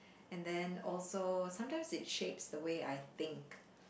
and then also sometimes it shapes the way I think